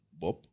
Bob